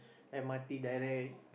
m_r_t direct